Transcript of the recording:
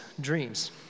dreams